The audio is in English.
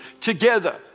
together